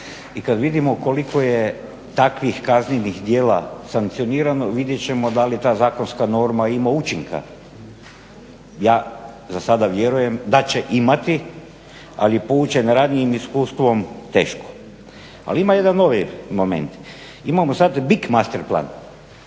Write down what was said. i kad vidimo koliko je takvih kaznenih djela sankcionirano vidjet ćemo da li ta zakonska norma ima učinka. Ja za sada vjerujem da će imati ali poučen ranijim iskustvom teško. Ali ima jedan noviji moment, imamo sad big Master plan